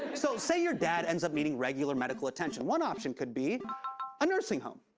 so, say your dad ends up needing regular medical attention. one option could be a nursing home,